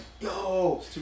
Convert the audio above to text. yo